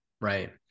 Right